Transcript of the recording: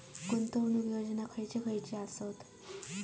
गुंतवणूक योजना खयचे खयचे आसत?